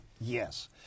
Yes